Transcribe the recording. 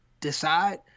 decide